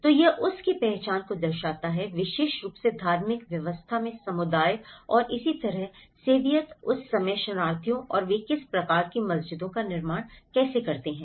तो यह उस की पहचान को दर्शाता है विशेष रूप से धार्मिक व्यवस्था में समुदाय और इसी तरह सोवियत उस समय शरणार्थियों और वे इस प्रकार की मस्जिदों का निर्माण कैसे करते हैं